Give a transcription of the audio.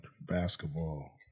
basketball